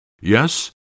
Yes